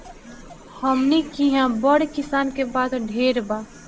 हमनी किहा बड़ किसान के बात ढेर बा